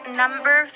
number